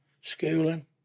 schooling